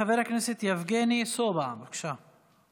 חבר הכנסת יבגני סובה, בבקשה.